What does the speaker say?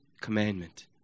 commandment